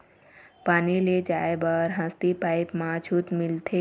पानी ले जाय बर हसती पाइप मा छूट मिलथे?